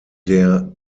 der